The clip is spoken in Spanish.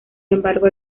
embargo